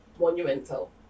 monumental